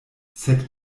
sed